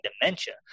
dementia